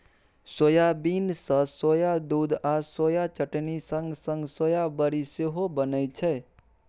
soybean सँ soya दुध आ सोया चटनी संग संग सोया बरी सेहो बनै छै